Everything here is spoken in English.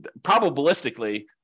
probabilistically